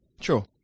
Sure